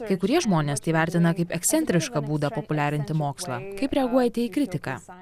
kai kurie žmonės tai vertina kaip ekscentrišką būdą populiarinti mokslą kaip reaguojate į kritiką